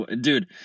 Dude